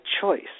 choice